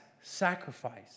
sacrifice